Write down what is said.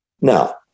now